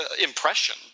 Impression